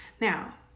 Now